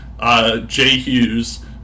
J-Hughes